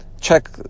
check